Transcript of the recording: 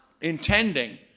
intending